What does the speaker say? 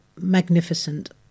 magnificent